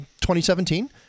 2017